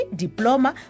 diploma